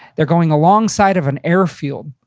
they're going along side of an airfield.